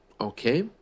okay